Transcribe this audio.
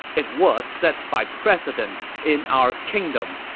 it was set by precedent in our kingdom.